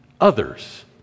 others